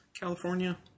California